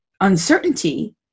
uncertainty